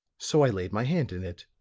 so i laid my hand in it.